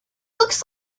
looks